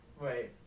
wait